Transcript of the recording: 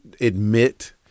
admit